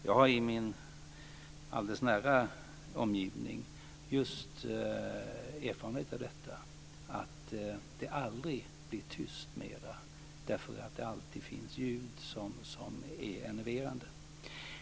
Jag har erfarenheter av just detta i min allra närmaste omgivning, att det aldrig mera blir tyst eftersom det alltid finns ljud som är enerverande.